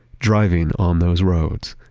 driving on those roads,